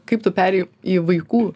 kaip tu perėjai į vaikų